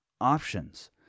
options